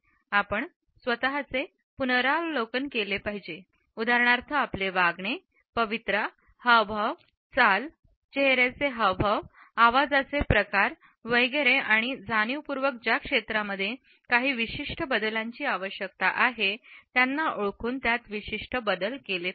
आपण स्वतःचे पुनरावलोकन केले पाहिजे उदाहरणार्थ आपले वागणे पवित्रा हावभाव चाल चेहर्याचे हावभावआवाजाचे प्रकार वगैरे आणि जाणीवपूर्वक ज्या क्षेत्रामध्ये काही विशिष्ट बदलांची आवश्यकता आहे त्यांना ओळखून त्यात विशिष्ट बदल केले पाहिजे